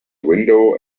window